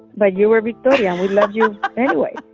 but you were victoria and we love you anyway.